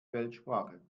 weltsprache